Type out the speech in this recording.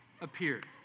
appeared